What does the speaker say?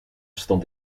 stond